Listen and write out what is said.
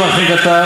את ה"יביע אומר" לא,